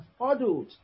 huddled